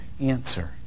answer